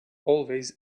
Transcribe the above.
always